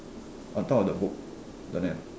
on top of the book don't have